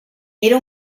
era